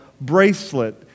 bracelet